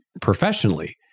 professionally